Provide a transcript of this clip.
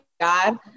God